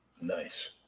Nice